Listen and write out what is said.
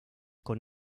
con